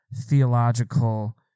theological